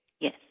Yes